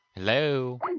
Hello